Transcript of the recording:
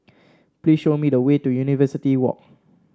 please show me the way to University Walk